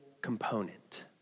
component